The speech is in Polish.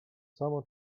samo